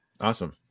Awesome